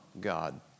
God